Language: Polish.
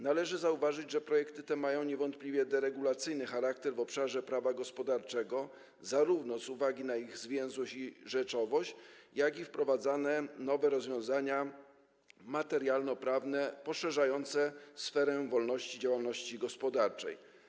Należy zauważyć, że projekty te mają niewątpliwie deregulacyjny charakter w obszarze prawa gospodarczego z uwagi na zarówno ich zwięzłość i rzeczowość, jak i wprowadzane nowe rozwiązania materialnoprawne poszerzające sferę wolności działalności gospodarczej.